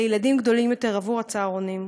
לילדים גדולים יותר עבור הצהרונים.